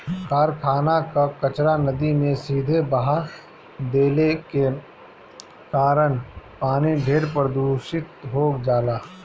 कारखाना कअ कचरा नदी में सीधे बहा देले के कारण पानी ढेर प्रदूषित हो जाला